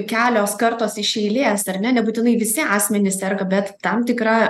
kelios kartos iš eilės ar ne nebūtinai visi asmenys serga bet tam tikra